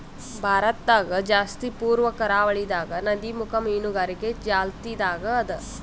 ಭಾರತದಾಗ್ ಜಾಸ್ತಿ ಪೂರ್ವ ಕರಾವಳಿದಾಗ್ ನದಿಮುಖ ಮೀನುಗಾರಿಕೆ ಚಾಲ್ತಿದಾಗ್ ಅದಾ